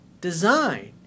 design